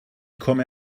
komme